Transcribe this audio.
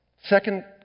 Second